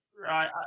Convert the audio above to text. right